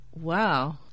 Wow